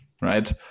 right